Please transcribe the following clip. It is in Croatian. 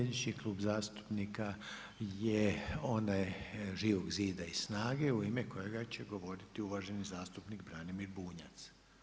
Sljedeći klub zastupnika je onaj Živog zida i SNAGA-e u ime kojega će govoriti uvaženi zastupnik Branimir Bunjac.